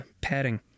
Padding